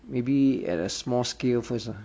maybe at a small scale first ah